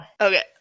Okay